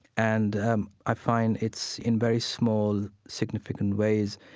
and um i find it's in very small significant ways,